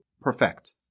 perfect